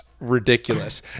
ridiculous